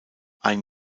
ein